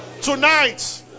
Tonight